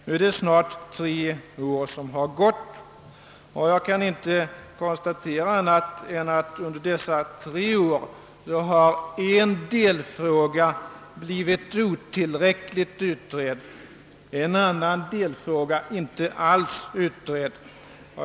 Nu har snart tre år gått sedan riksdagen begärde denna utredning och jag kan andast konstatera, att under den tiden har en delfråga blivit otillräckligt ut redd och en annan delfråga inte alls utredd.